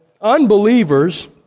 unbelievers